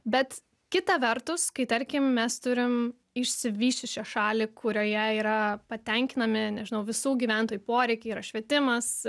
bet kita vertus kai tarkim mes turim išsivysčiusią šalį kurioje yra patenkinami nežinau visų gyventojų poreikiai yra švietimas